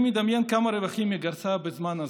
אני מדמיין כמה רווחים היא גרפה בזמן הזה.